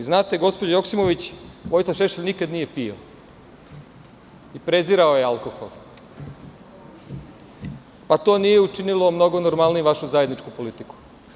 Znate, gospođo Joksimović, Vojislav Šešelj nikada nije pio, i prezirao je alkohol, pa to nije učinilo mnogo normalnijim vašu zajedničku politiku.